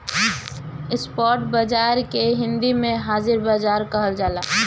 spot बाजार के हिंदी में हाजिर बाजार कहल जाला